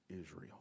Israel